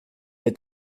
est